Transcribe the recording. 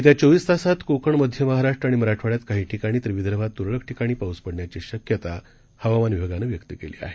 येत्या चोविस तासात कोकण मध्य महाराष्ट्र आणि मराठवाड्यात काही ठिकाणी तर विदर्भात तुरळक ठिकाणी पाऊस पडण्याची शक्यता हवामान विभागानं वर्तवली आहे